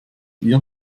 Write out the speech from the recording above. ihr